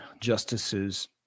justices